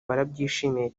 barabyishimiye